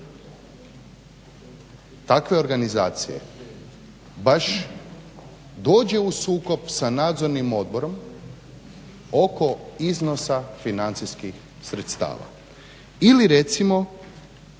takve organizacije baš dođe u sukob sa Nadzornim odborom oko iznosa financijskih sredstava. Ili recimo